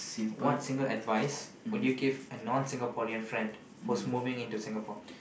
what single advice would you give a non Singaporean friend who is moving in to Singapore